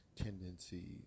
tendencies